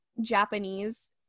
Japanese